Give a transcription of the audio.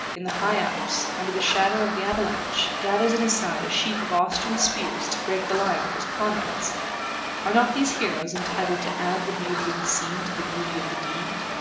in the high alps, under the shadow of the avalanche, gathers in his side a sheaf of austrian spears to break the line for his comrades are not these heroes entitled to add the beauty of the scene to the beauty of the deed?